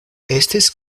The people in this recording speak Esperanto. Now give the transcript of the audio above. estis